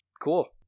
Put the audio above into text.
cool